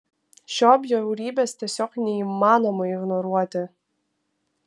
šio bjaurybės tiesiog neįmanoma ignoruoti